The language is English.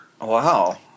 Wow